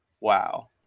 Wow